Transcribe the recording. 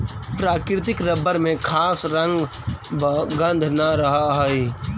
प्राकृतिक रबर में खास रंग व गन्ध न रहऽ हइ